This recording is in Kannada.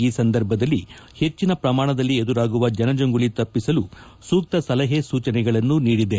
ಈ ಸಂದರ್ಭದಲ್ಲಿ ಹೆಚ್ಚಿನ ಪ್ರಮಾಣದಲ್ಲಿ ಎದುರಾಗುವ ಜನಜಂಗುಳಿ ತಪ್ಪಿಸಲು ಸೂಕ್ತ ಸಲಹೆ ಸೂಚನೆಗಳನ್ನು ನೀಡಿದೆ